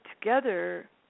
together